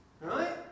Right